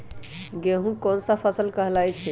गेहूँ कोन सा फसल कहलाई छई?